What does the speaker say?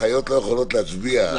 החיות לא יכולות להצביע,